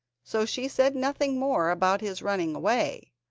so she said nothing more about his running away,